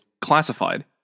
classified